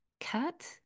Cut